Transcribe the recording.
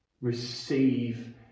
Receive